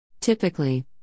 Typically